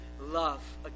love